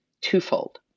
twofold